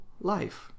life